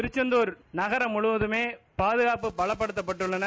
திருச்செந்தார் நகாம் முழுவதமே பாதுகாப்பு பலப்படுத்தப்பட்டுள்ளன